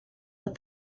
with